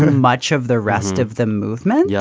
much of the rest of the movement. yeah